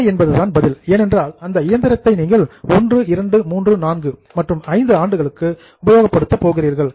இல்லை என்பதுதான் பதில் ஏனென்றால் அந்த இயந்திரத்தை நீங்கள் 1 2 3 4 மற்றும் 5 ஆண்டுகளுக்கு உபயோகப்படுத்த போகிறீர்கள்